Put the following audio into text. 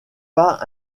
pas